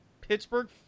Pittsburgh